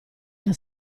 era